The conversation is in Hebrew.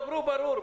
דברו ברור.